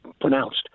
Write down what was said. pronounced